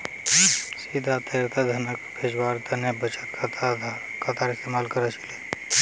सीधा तौरत धनक भेजवार तने बचत खातार इस्तेमाल कर छिले